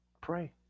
pray